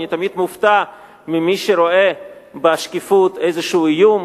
אני תמיד מופתע ממי שרואה בשקיפות איזשהו איום.